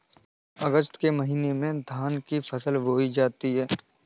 अगस्त के महीने में धान की फसल बोई जाती हैं